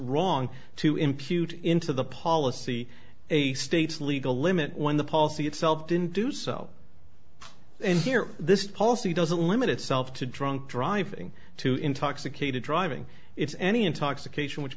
impute into the policy a state's legal limit when the policy itself didn't do so in here this policy doesn't limit itself to drunk driving to intoxicated driving it's any intoxication which